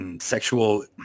sexual